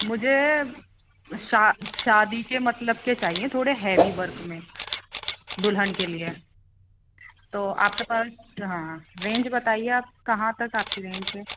مجھے ش شادی کے مطلب کے چاہیے تھوڑے ہیوی ورک میں دلہن کے لیے تو آپ کے پاس ہاں رینج بتائیے آپ کہاں تک آپ کی رینج ہے